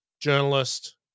Journalist